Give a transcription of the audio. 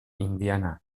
indiana